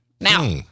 Now